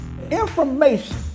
Information